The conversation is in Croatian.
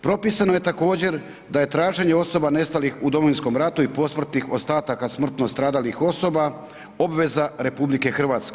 Propisano je također da je traženje osoba nestalih u Domovinskom ratu i posmrtnih ostataka smrtno stradalih osoba obveza RH.